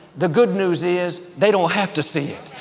the good news is they don't have to see it.